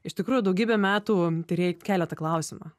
iš tikrųjų daugybę metų tyrėjai kelia tą klausimą